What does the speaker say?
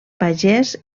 pagès